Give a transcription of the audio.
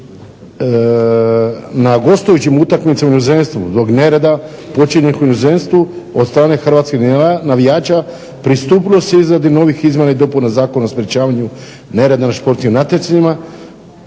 na gostujućim utakmicama u inozemstvu. Zbog nereda počinjenih u inozemstvu od strane hrvatskih navijača pristupilo se izradi novih izmjena i dopuna Zakona o sprječavanju nereda na športskim natjecanjima